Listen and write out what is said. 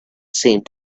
seemed